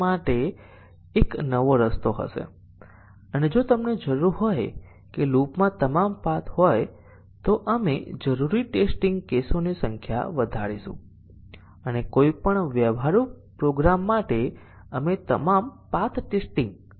પરંતુ જો આપણે કમ્પાઇલર દ્વારા અપનાવવામાં આવેલ શોર્ટ સર્કિટ મૂલ્યાંકન તકનીકોનો ઉપયોગ કરીએ તો ખરેખર વિવિધ કમ્પાઇલર દ્વારા અપનાવવામાં આવેલ શોર્ટ સર્કિટ મૂલ્યાંકન અલગ પડે છે